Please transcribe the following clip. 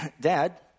Dad